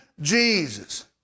Jesus